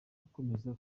akomeza